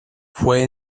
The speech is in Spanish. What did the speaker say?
fue